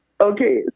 okay